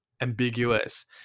ambiguous